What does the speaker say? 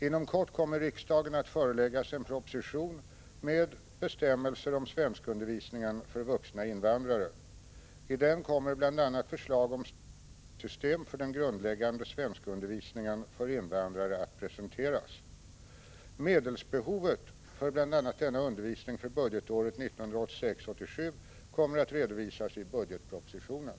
Inom kort kommer riksdagen att föreläggas en proposition med vissa bestämmelser om svenskundervisningen för vuxna invandrare. I denna kommer bl.a. förslag om statsbidragssystem för den grundläggande svenskundervisningen för invandrare att presenteras. Medelsbehovet för bl.a. denna undervisning för budgetåret 1986/87 kommer att redovisas i budgetpropositionen.